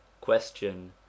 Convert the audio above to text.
question